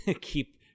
keep